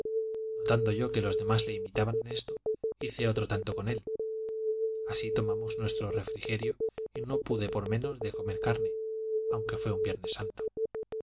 yo que los demás le imitaban en esto hice otro tanto con él así tomamos nuestro refrigerio y no pude por menos de comer carne aunque fué un viernes santo